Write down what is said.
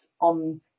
on